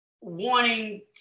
wanting